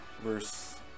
Verse